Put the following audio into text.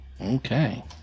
Okay